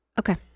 Okay